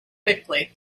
quickly